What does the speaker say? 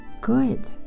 good